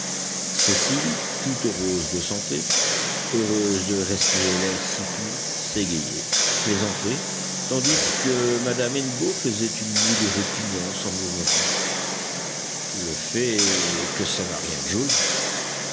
cécile toute rose de santé heureuse de respirer l'air si pur s'égayait plaisantait tandis que madame hennebeau faisait une moue de répugnance en murmurant le fait est que ça n'a rien de joli